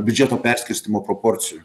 biudžeto perskirstymo proporcijų